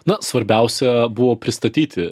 na svarbiausia buvo pristatyti